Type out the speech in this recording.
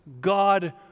God